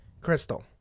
crystal